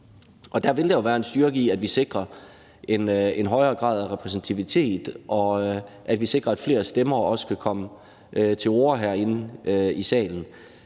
Der vil der jo være en styrke i, at vi sikrer en højere grad af repræsentation, og at vi sikrer, at flere stemmer også vil komme til orde herinde i salen.